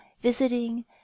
visiting